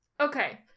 Okay